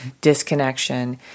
disconnection